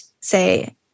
say